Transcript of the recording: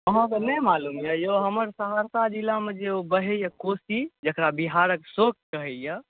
अहाँके नहि मालूम यए यौ हमर सहरसा जिलामे जे ओ बहैए कोशी जकरा बिहारक शोक कहैए